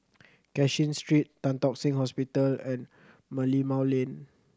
Cashin Street Tan Tock Seng Hospital and Merlimau Lane